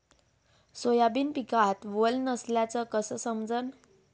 Soybean पिकात वल नसल्याचं कस समजन?